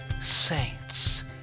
saints